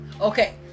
Okay